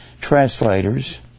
translators